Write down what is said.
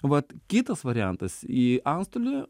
vat kitas variantas į antstolį